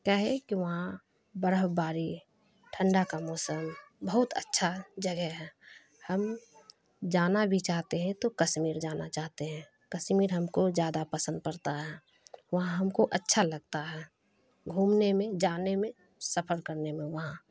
کیا ہے کہ وہاں برف باری ٹھنڈا کا موسم بہت اچھا جگہ ہے ہم جانا بھی چاہتے ہیں تو کشمیر جانا چاہتے ہیں کشمیر ہم کو زیادہ پسند پڑتا ہے وہاں ہم کو اچھا لگتا ہے گھومنے میں جانے میں سفر کرنے میں وہاں